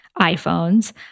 iPhones